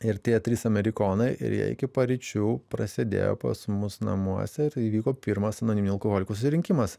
ir tie trys amerikonai ir jie iki paryčių prasėdėjo pas mus namuose ir įvyko pirmas anoniminių alkoholikų susirinkimas